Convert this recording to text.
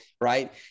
right